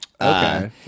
Okay